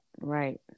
right